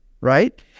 right